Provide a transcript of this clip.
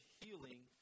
healing